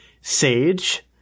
Sage